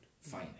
fine